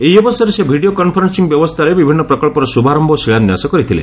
ଏହି ଅବସରରେ ସେ ଭିଡ଼ିଓ କନ୍ଫରେନ୍ସିଂ ବ୍ୟବସ୍ଥାରେ ବିଭିନ୍ନ ପ୍ରକଳ୍ପର ଶୁଭାରମ୍ଭ ଓ ଶିଳାନ୍ୟାସ କରିଥିଲେ